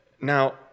Now